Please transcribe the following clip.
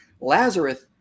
Lazarus